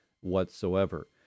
whatsoever